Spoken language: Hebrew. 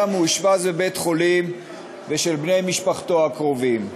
המאושפז בבית-החולים ושל בני משפחתו הקרובה.